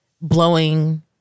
blowing